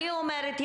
אני אומרת,